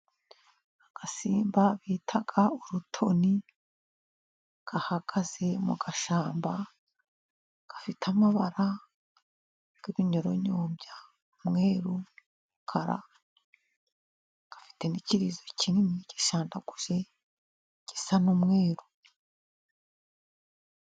Agasimba bita urutoni gahagaze mu gashyamba, gafite amabara y'ibinyoronyombya. Umweru, umukara, gafite n'ikirizo kinini gisandaguje gisa n'umweru.